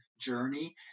journey